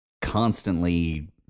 constantly